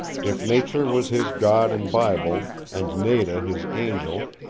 if nature was his god and bible, and nada his angel,